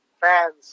fans